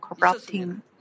corrupting